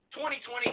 2020